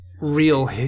real